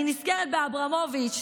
אני נזכרת באברמוביץ',